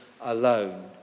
alone